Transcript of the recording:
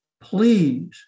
Please